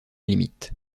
limite